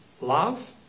love